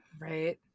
Right